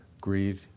greed